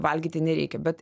valgyti nereikia bet